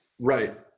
Right